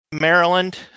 Maryland